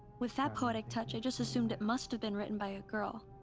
with that poetic touch, i just assumed it must have been written by a girl.